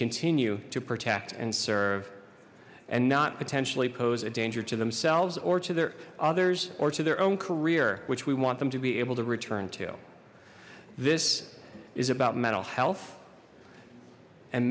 continue to protect and serve and not potentially pose a danger to themselves or to their others or to their own career which we want them to be able to return to this is about mental health and